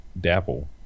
Dapple